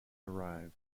arrived